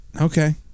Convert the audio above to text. Okay